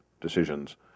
decisions